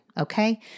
okay